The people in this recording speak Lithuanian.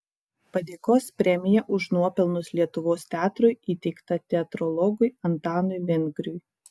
padėkos premija už nuopelnus lietuvos teatrui įteikta teatrologui antanui vengriui